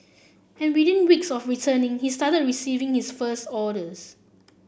and within weeks of returning he started receiving his first orders